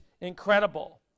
incredible